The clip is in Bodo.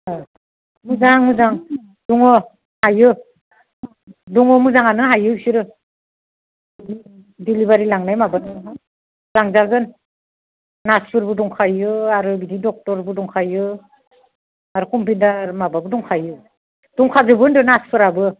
अ मोजां मोजां दङ हायो दङ मोजाङानो हायो बिसोरो डिलिबारि लांनाय माबानाय लांजागोन नार्सफोरबो दंखायो आरो बिदि डक्ट'रबो दंखायो आरो कम्पिउटार माबाबो दंखायो दंखाजोबो होनदों नार्सफ्राबो